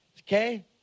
Okay